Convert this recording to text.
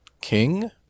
King